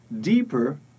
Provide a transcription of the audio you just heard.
deeper